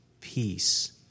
peace